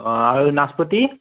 অ' আৰু নাচপতি